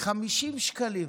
50 שקלים.